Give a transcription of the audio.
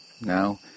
Now